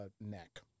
neck